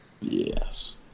Yes